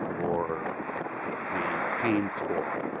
or the pain score,